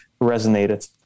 resonated